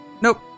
nope